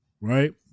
right